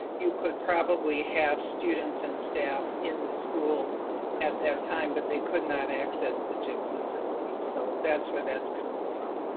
you could probably have students and staff in the school at that time, but they could not access the gym facilities, so that's where that's coming from.